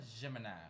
gemini